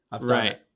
right